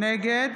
נגד